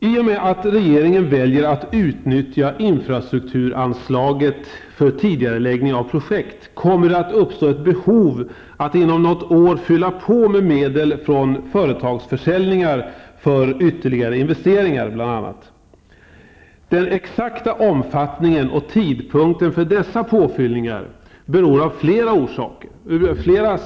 I och med att regeringen väljer att utnyttja infrastrukturanslaget för tidigareläggning av projekt kommer det att uppstå ett behov av att inom något år fylla på med medel från företagsförsäljningar för bl.a. ytterligare investeringar. Den exakta omfattningen och tidpunkten för dessa påfyllningar är beroende av flera orsaker.